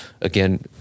Again